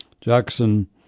Jackson